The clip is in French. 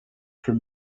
plus